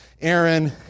Aaron